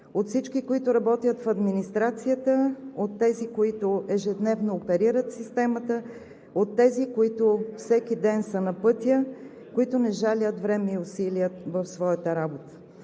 на всички, които работят в администрацията, тези, които ежедневно оперират системата, тези, които всеки ден са на пътя, които не жалят време и усилия в своята работа.